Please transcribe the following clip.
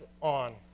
on